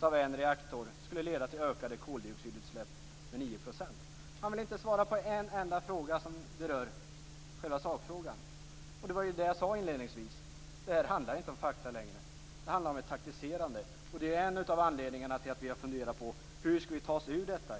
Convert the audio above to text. av en reaktor skulle leda till en ökning av koldioxidutsläppen med 9 %. Han vill inte svara på en enda fråga som berör själva sakfrågan. Det var ju det jag sade inledningsvis. Det här handlar inte om fakta längre. Det handlar om taktik. Det är en av anledningarna till att vi har börjat fundera på hur vi skall ta oss ur detta.